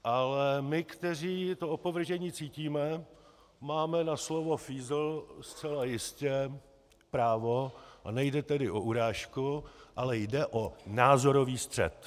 Ale my, kteří to opovržení cítíme, máme na slovo fízl zcela jistě právo, a nejde tedy o urážku, ale jde o názorový střet.